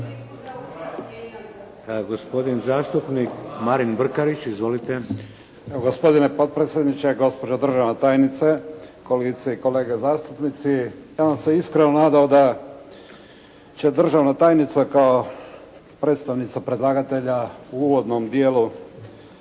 Gospodin zastupnik Marin Brkarić. Izvolite. **Brkarić, Marin (IDS)** Gospodine potpredsjedniče, gospođo državna tajnice, kolegice i kolege zastupnici, ja sam se iskreno nadao da će državna tajnica kao predstavnica predlagatelja u uvodnom dijelu